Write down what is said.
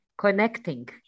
connecting